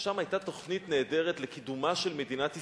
ושם היתה תוכנית נהדרת לקידומה של מדינת ישראל,